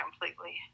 completely